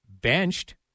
benched